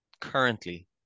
currently